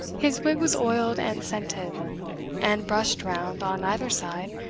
his wig was oiled and scented, and brushed round, on either side,